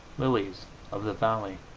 lilies of the valley.